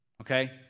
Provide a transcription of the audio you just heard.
okay